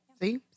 See